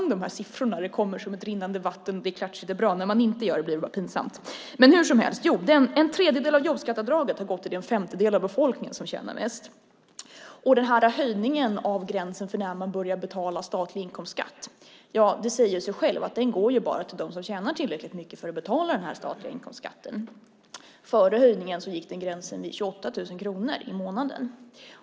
Det säger sig självt att höjningen av gränsen för när man börjar betala statlig inkomstskatt bara gynnar dem som tjänar tillräckligt mycket för att betala statlig inkomstskatt. Före höjningen gick gränsen vid 28 000 kronor i månaden.